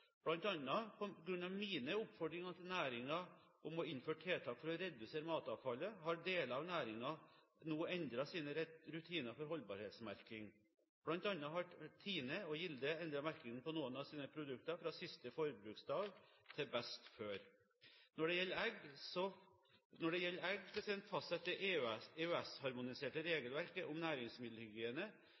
mine oppfordringer til næringen om å innføre tiltak for å redusere matavfallet har deler av næringen nå endret sine rutiner for holdbarhetsmerking. Blant annet har Tine og Gilde endret merkingen på noen av sine produkter fra «siste forbruksdag» til «best før». Når det gjelder egg, fastsetter det EØS-harmoniserte regelverket om næringsmiddelhygiene et krav om